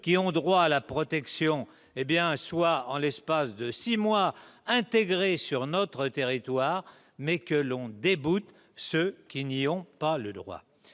qui ont droit à la protection soient, en l'espace de six mois, intégrés sur notre territoire et que soient déboutés ceux qui n'y ont pas droit.